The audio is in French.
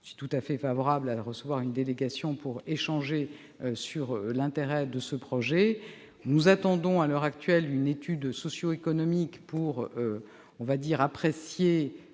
Je suis tout à fait prête à recevoir une délégation pour échanger sur l'intérêt de ce projet. Nous attendons, à l'heure actuelle, une étude socio-économique pour apprécier